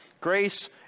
Grace